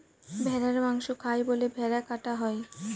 ভেড়ার মাংস খায় বলে ভেড়া কাটা হয়